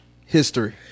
History